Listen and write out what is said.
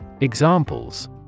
Examples